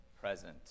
present